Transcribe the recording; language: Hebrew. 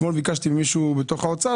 אתמול ביקשתי ממישהו באוצר,